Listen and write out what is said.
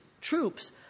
troops